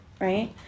right